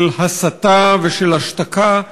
של הסתה ושל השתקה,